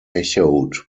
echoed